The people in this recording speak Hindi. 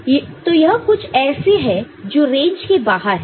तो यह कुछ ऐसा है जो रेंज के बाहर है